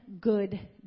good